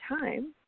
time